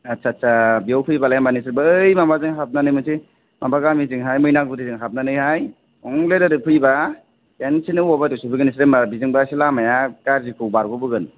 आछा आछा बिया फैयोबालाय होमबा नोंसोर बै माबाजों हाबनानै मोनसे माबा गामिजोंहाय मैनागुरिजों हाबनानै हाय थंब्लेट एरै फैयोबा खेबसेनो आवा बारि जोन सौफैगोन नोंसोरो होमबा बेजोंबासो लामाया गारजिखौ बारग'बोगोन